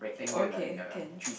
okay can